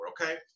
okay